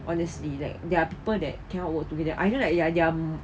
honestly like there are people that cannot work together ada like yang they are mm